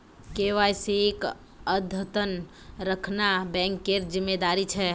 केवाईसीक अद्यतन रखना बैंकेर जिम्मेदारी छे